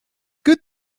good